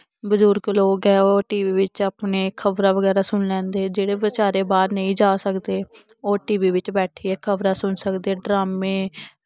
बजुर्ग लोक ऐ ओह् टी वी बिच्च अपने खबरां बगैरा सुनी लैंदे जेह्ड़े बचारे बाह्र नेईं जा सकदे ओह् टी वी बिच्च बैठियै खबरां सुनी सकदे ड्रामे